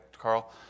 Carl